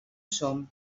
som